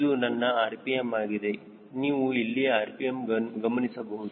ಇದು ನನ್ನ rpm ಆಗಿದೆ ನೀವು ಇಲ್ಲಿ rpm ಗಮನಿಸಬಹುದು